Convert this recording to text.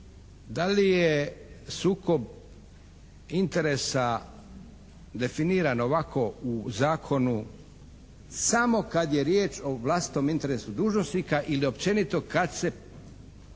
Da li je sukob interesa definiran ovako u zakonu samo kad je riječ o vlastitom interesu dužnosnika ili općenito kad se